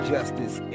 Justice